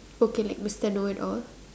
okay like mister know it all